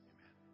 Amen